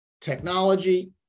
technology